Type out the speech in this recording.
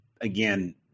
again